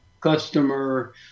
customer